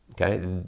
Okay